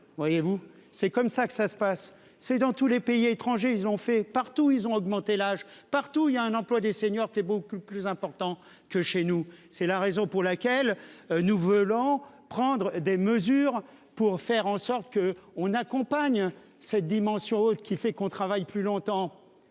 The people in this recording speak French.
voyez-vous c'est comme ça que ça se passe, c'est dans tous les pays étrangers, ils ont fait partout, ils ont augmenté l'âge partout il y a un emploi des seniors est beaucoup plus important que chez nous, c'est la raison pour laquelle NouvelAn prendre des mesures pour faire en sorte que on accompagne cette dimension autre qui fait qu'on travaille plus longtemps.